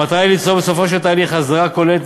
המטרה היא ליצור בסופו של התהליך אסדרה כוללת,